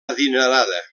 adinerada